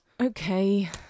Okay